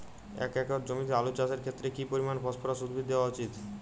এক একর জমিতে আলু চাষের ক্ষেত্রে কি পরিমাণ ফসফরাস উদ্ভিদ দেওয়া উচিৎ?